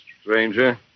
stranger